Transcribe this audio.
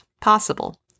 possible